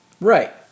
right